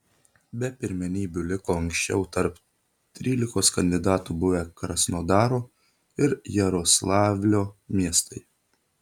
be pirmenybių liko anksčiau tarp trylikos kandidatų buvę krasnodaro ir jaroslavlio miestai